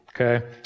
okay